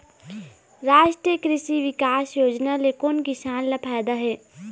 रास्टीय कृषि बिकास योजना ले कोन किसान ल फायदा हे?